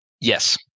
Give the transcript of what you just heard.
yes